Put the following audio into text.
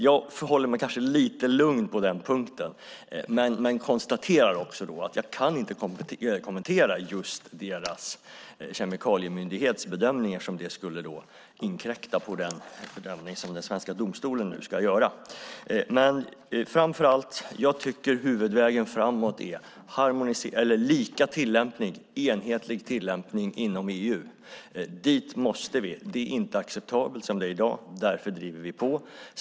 Jag förhåller mig kanske lite lugn på den punkten men konstaterar också att jag inte kan kommentera deras kemikaliemyndighets bedömning eftersom det skulle inkräkta på den bedömning som den svenska domstolen nu ska göra. Framför allt tycker jag dock att huvudvägen framåt är enhetlig tillämpning inom EU. Dit måste vi. Det är inte acceptabelt som det är i dag, och därför driver vi på.